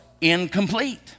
incomplete